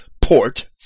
port